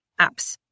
apps